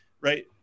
right